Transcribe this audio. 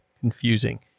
confusing